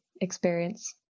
experience